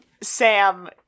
Sam